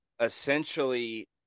essentially